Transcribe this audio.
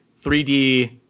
3D